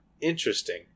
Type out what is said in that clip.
Interesting